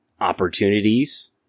Opportunities